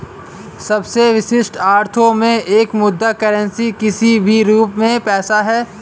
सबसे विशिष्ट अर्थों में एक मुद्रा करेंसी किसी भी रूप में पैसा है